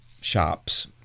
shops